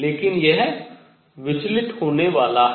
लेकिन यह विचलित होने लगता है